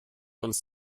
uns